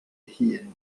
hun